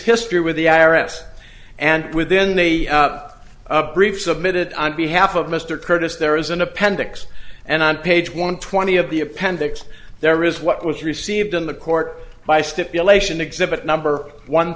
history with the arris and within the a brief submitted on behalf of mr curtis there is an appendix and on page one twenty of the appendix there is what was received in the court by stipulation exhibit number one